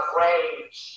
rage